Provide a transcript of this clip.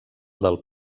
del